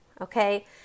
okay